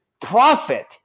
profit